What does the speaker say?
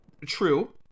True